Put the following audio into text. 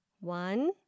One